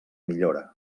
millora